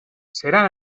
seran